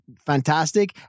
fantastic